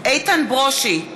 איתן ברושי,